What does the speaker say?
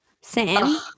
Sam